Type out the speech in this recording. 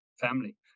family